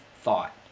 thought